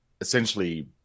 essentially